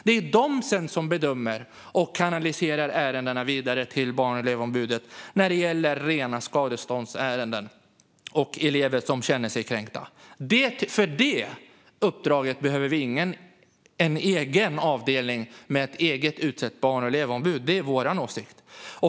Det är de som sedan bedömer ärendena och kanaliserar dem vidare till Barn och elevombudet när det gäller rena skadeståndsärenden och ärenden rörande elever som känner sig kränkta. För det uppdraget behöver vi ingen egen avdelning med ett eget utsett barn och elevombud. Det är vår åsikt.